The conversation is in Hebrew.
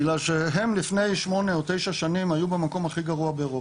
בגלל שהם לפני שמונה או תשע שנים היו במקום הכי גרוע באירופה,